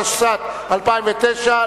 התשס"ט 2009,